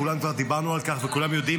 כולנו כבר דיברנו על כך וכולם יודעים,